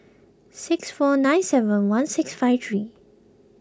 six four nine seven one six five three